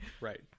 Right